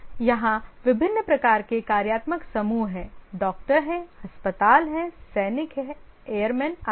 यहां विभिन्न प्रकार के कार्यात्मक समूह हैं डॉक्टर हैं अस्पताल हैं सैनिक हैं एयरमैन आदि हैं